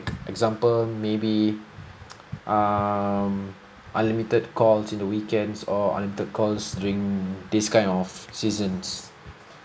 example maybe um unlimited call in the weekends or unlimited calls during this kind of seasons